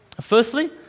Firstly